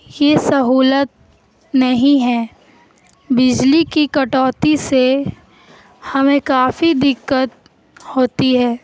یہ سہولت نہیں ہے بجلی کی کٹوتی سے ہمیں کافی دقت ہوتی ہے